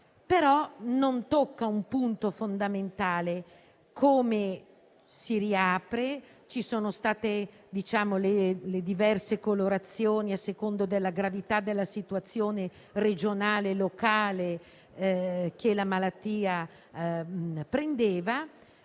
però, il punto fondamentale di come si riapre. Ci sono state diverse colorazioni a seconda della gravità della situazione regionale e locale della malattia, ma nelle